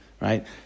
Right